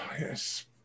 yes